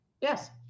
Yes